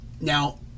Now